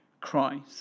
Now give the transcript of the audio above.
Christ